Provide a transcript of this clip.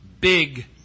Big